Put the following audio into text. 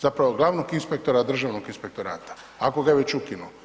Zapravo glavnog inspektora Državnog inspektorata, ako ga je već ukinuo.